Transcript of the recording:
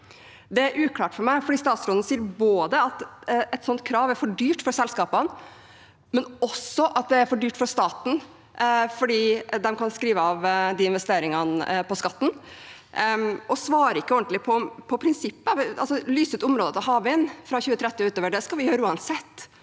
Det er uklart for meg, for statsråden sier både at et slikt krav er for dyrt for selskapene, og at det er for dyrt for staten fordi de kan skrive av de investeringene på skatten, og han svarer ikke ordentlig på prinsippet. Å lyse ut områder for havvind fra 2030 og utover skal vi gjøre uansett.